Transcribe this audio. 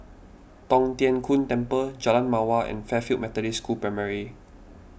Tong Tien Kung Temple Jalan Mawar and Fairfield Methodist School Primary